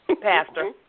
Pastor